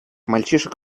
мальчишек